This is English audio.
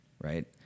right